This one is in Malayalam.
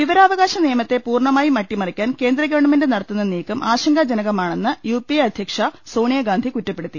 വിവരാവകാശ നിയമത്തെ പൂർണമായും അട്ടിമറിയ്ക്കാൻ കേന്ദ്രഗവൺമെന്റ് നടത്തുന്ന നീക്കം ആശങ്കാജനകമാണെന്ന് യുപി എ അധ്യക്ഷ സോണിയാഗാന്ധി കുറ്റപ്പെടുത്തി